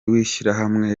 w’ishyirahamwe